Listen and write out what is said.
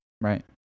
right